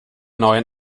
neuen